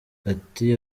ati